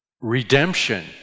redemption